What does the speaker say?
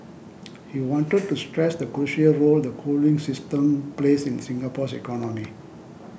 he wanted to stress the crucial role the cooling system plays in Singapore's economy